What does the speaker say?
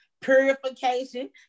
purification